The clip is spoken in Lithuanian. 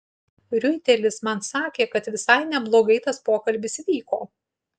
riuitelis man sakė kad visai neblogai tas pokalbis vyko